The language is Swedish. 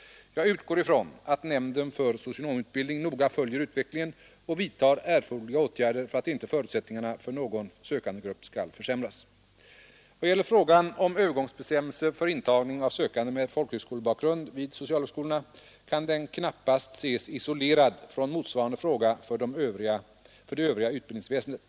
Jag utgår från att nämnden för socionomutbildning noga följer utvecklingen och vidtar erforderliga åtgärder för att inte förutsättningarna för någon sökandegrupp skall försämras. Vad gäller frågan om övergångsbestämmelser för intagning av sökande med folkhögskolebakgrund vid socialhögskolorna, kan den knappast ses isolerad från motsvarande fråga för det övriga utbildningsväsendet.